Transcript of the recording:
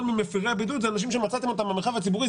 ממפרי הבידוד הם אנשים שמצאתם אותם במרחב הציבורי,